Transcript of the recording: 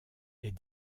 est